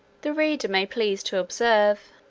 the reader may please to observe,